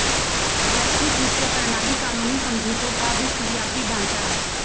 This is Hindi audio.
वैश्विक वित्तीय प्रणाली कानूनी समझौतों का विश्वव्यापी ढांचा है